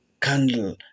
candle